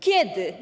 Kiedy?